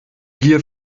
gier